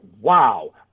wow